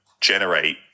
generate